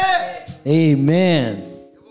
Amen